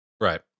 Right